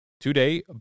Today